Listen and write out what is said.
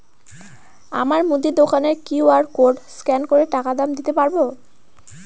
আমার মুদি দোকানের কিউ.আর কোড স্ক্যান করে টাকা দাম দিতে পারব?